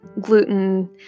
gluten